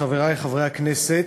חברי חברי הכנסת,